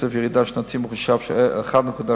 קצב ירידה שנתי מחושב של 1.8%,